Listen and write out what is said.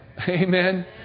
Amen